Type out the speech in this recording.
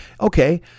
Okay